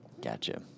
Gotcha